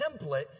template